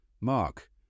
Mark